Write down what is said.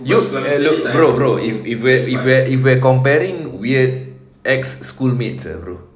look eh look bro bro if we're if we're if we're comparing weird ex schoolmates ah bro